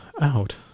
out